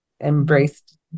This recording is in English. embraced